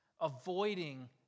avoiding